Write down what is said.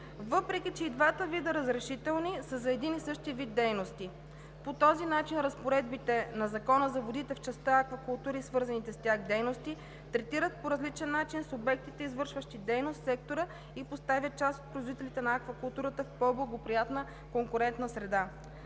въпреки че и двата вида разрешителни са за един и същи вид дейности. По този начин разпоредбите на Закона за водите в частта „Аквакултури и свързани с тях дейности“ третират по различен начин субектите, извършващи дейност в сектора, и поставят част от производителите на аквакултурата в по-благоприятна конкурентна среда.